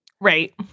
Right